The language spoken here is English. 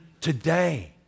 today